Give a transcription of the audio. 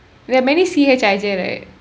there are many C_H_I_J right